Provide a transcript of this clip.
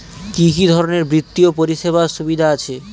কি কি ধরনের বিত্তীয় পরিষেবার সুবিধা আছে?